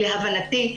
להבנתי,